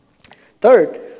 Third